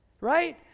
right